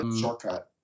shortcut